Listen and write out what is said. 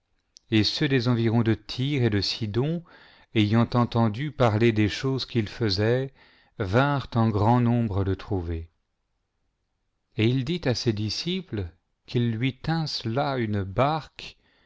et ceux des environs de tyr et desidon ayant entenàn parler des choses qu'il faisait vinrent en grand nombre le trouver et il dit à ses disciples qu'ils lui tinssent là une barque